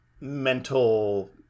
mental